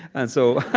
and so,